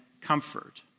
comfort